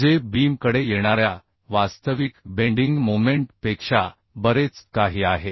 जे बीम कडे येणाऱ्या वास्तविक बेंडिंग मोमेंट पेक्षा बरेच काही आहे